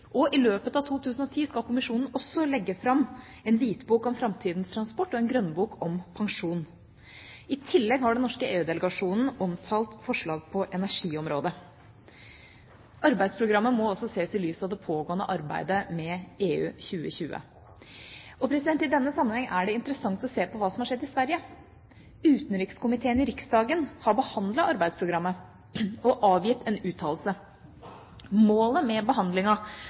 I løpet av 2010 skal kommisjonen også legge fram en hvitbok om framtidas transport og en grønnbok om pensjon. I tillegg har den norske EU-delegasjonen omtalt forslag på energiområdet. Arbeidsprogrammet må også ses i lys av det pågående arbeidet med EU 2020. I denne sammenheng er det interessant å se på hva som er skjedd i Sverige. Utenrikskomiteen i Riksdagen har behandlet arbeidsprogrammet og avgitt en uttalelse. Målet med